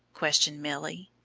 questioned milly.